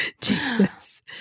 jesus